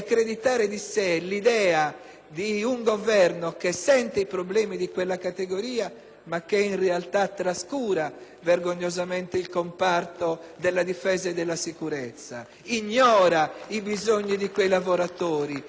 l'idea che sente i problemi di quella categoria, ma che in realtà trascura vergognosamente il comparto della difesa e della sicurezza, ignora i bisogni di quei lavoratori *(Applausi dal